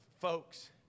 Folks